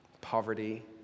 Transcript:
poverty